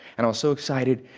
and i was so excited.